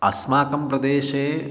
अस्माकं प्रदेशे